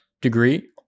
degree